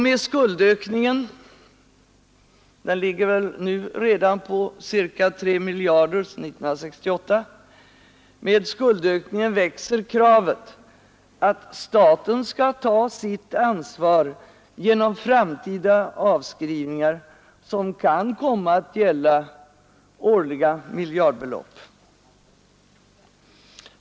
Med skuldökningen — den uppgår redan till ca 3 miljarder kronor — växer kravet att staten skall ta sitt ansvar genom framtida avskrivningar, som kan komma att gälla årliga miljardbelopp.